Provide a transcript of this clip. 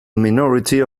minority